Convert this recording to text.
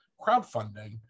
crowdfunding